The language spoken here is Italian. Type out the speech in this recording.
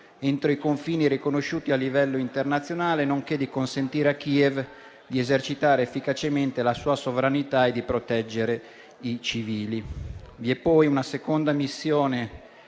entro i confini riconosciuti a livello internazionale, nonché di consentire a Kiev di esercitare efficacemente la sua sovranità e di proteggere i civili. Vi è poi una seconda missione